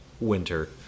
winter